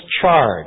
charge